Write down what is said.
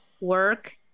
work